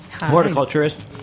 horticulturist